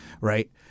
right